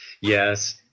yes